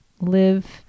Live